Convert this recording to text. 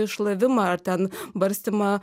šlavimą ar ten barstymą